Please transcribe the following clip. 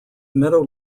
meadow